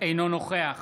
אינו נוכח